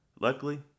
luckily